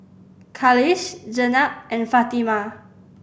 Khalish Jenab and Fatimah